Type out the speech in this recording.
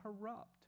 corrupt